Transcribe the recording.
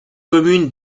communes